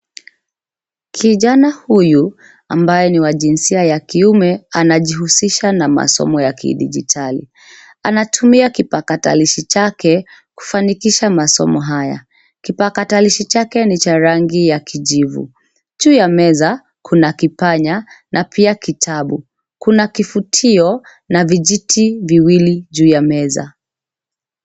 Kijana huyu ambaye ni wa jinsia ya kiume anajuhusisha na masomo ya kidijitali. Anatumia kipakatalishi chake kufanikisha masomo haya. Kipakatalishi chake ni cha rangi ya kijivu. Juu ya meza kuna kipanya na pia kitabu. Kuna kifutio na vijiti viwili juu ya meza.